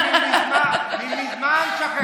הם מזמן שכחו מה זה להיות יהודים.